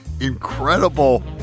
incredible